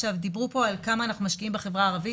דיברו פה על כמה אנחנו משקיעים בחברה הערבית,